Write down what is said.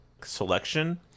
selection